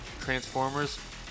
Transformers